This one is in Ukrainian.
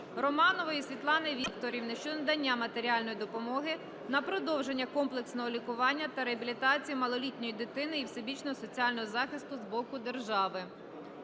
Романової Світлани Вікторівни щодо надання матеріальної допомоги на продовження комплексного лікування та реабілітації малолітньої дитини і всебічного соціального захисту з боку держави.